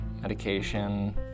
medication